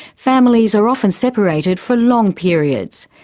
families are often separated for long periods.